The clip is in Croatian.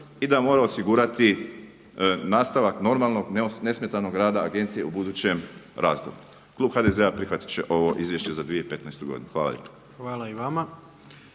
i da mora osigurati nastavak normalnog nesmetanog rada agencije u budućem razdoblju. Klub HDZ-a prihvatiti će ovo izvješće za 2015. godinu. Hvala lijepo.